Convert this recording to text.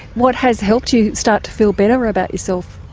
what has helped you start to feel better about yourself?